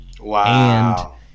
Wow